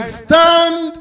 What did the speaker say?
stand